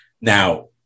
Now